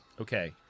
Okay